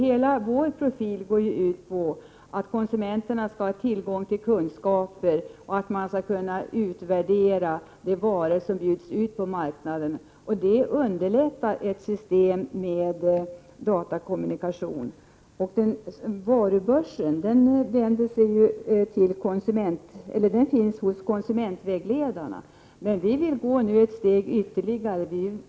Hela vår profil går ut på att konsumenterna skall ha tillgång till kunskaper och kunna utvärdera de varor som bjuds ut på marknaden. Det underlättas av ett system med datakommunikation. Varubörsen finns hos konsumentvägledarna, men vi vill gå ett steg ytterligare.